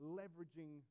leveraging